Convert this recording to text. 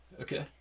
Okay